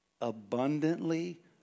abundantly